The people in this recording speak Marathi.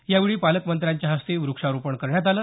यावेळी पालकमंत्र्यांच्या हस्ते वृक्षारोपण करण्यात आलं